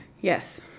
Yes